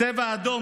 צבע אדום,